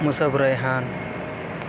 Musab Rehan